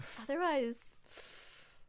Otherwise